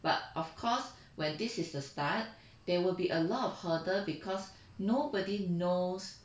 but of course when this is the start there will be a lot of hurdle because nobody knows